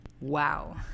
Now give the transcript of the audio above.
Wow